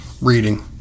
reading